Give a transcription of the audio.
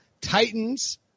Titans